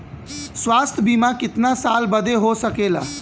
स्वास्थ्य बीमा कितना साल बदे हो सकेला?